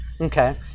Okay